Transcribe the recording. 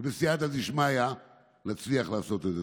ובסייעתא דשמיא נצליח לעשות את זה.